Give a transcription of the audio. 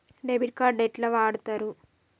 Debit card ఎట్లా వాడుతరు?